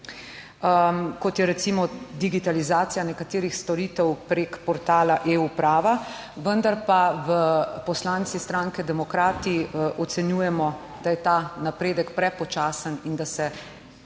kot je recimo digitalizacija nekaterih storitev prek portala e-uprava. Vendar pa poslanci stranke Demokrati ocenjujemo, da je ta napredek prepočasen in da se zagotovo